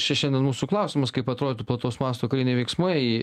čia šiandien mūsų klausimas kaip atrodytų plataus masto kariniai veiksmai